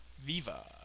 viva